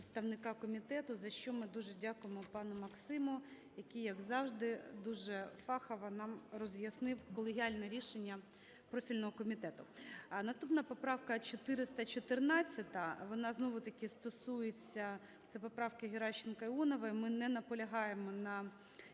за що ми дуже дякуємо пану Максиму, який, як завжди, дуже фахово нам роз'яснив колегіальне рішення профільного комітету. Наступна поправка – 414. Вона знову-таки стосується (це поправка Геращенко, Іонової), ми не наполягаємо на